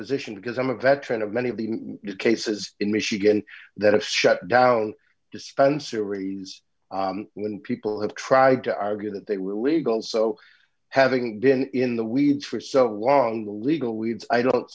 position because i'm a veteran of many of the cases in michigan that have shut down dispensary is when people have tried to argue that they were illegal so having been in the weeds for so long the legal weeds i don't